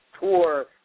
tour